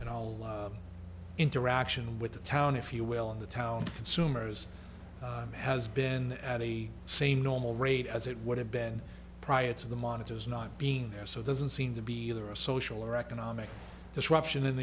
and all love interaction with the town if you will on the tower consumers has been at a same normal rate as it would have been prior to the monitors not being there so there isn't seems to be either a social or economic disruption in